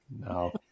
No